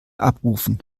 abrufen